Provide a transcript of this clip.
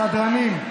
סדרנים.